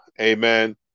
Amen